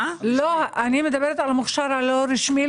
הרשמי.